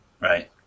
Right